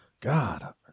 god